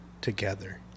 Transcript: together